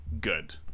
good